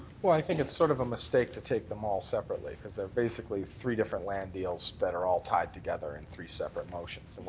i think it's sort of a mistake to take them all separately because they are basically three different land deals that are all tied together in three separate motions.